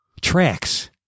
Tracks